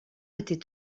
était